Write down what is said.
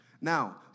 Now